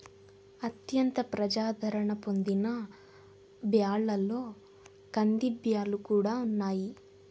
అత్యంత ప్రజాధారణ పొందిన బ్యాళ్ళలో కందిబ్యాల్లు కూడా ఉన్నాయి